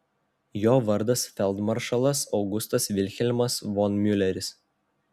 jo vardas feldmaršalas augustas vilhelmas von miuleris